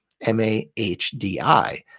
M-A-H-D-I